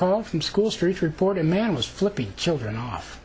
called from school street report a man was flipping children off